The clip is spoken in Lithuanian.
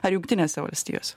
ar jungtinėse valstijose